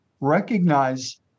recognize